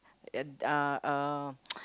and uh um